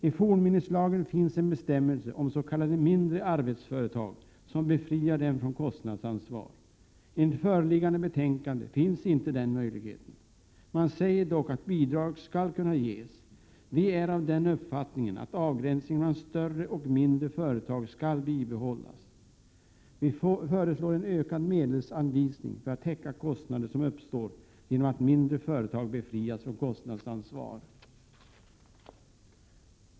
I fornminneslagen finns en bestämmelse som befriar s.k. mindre arbetsföretag från kostnadsansvar. Enligt föreliggande betänkande finns inte den möjligheten. Det sägs dock att bidrag skall kunna ges. Vi är av den uppfattningen att avgränsningen mellan större och mindre företag skall bibehållas. Vi föreslår en ökad medelsanvisning för att täcka kostnader som uppstår genom att mindre företag befrias från kostnadsansvar.